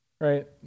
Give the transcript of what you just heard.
right